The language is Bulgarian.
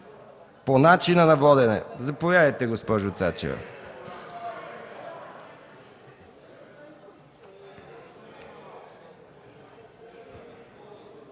По начина на водене – заповядайте, госпожо Цачева.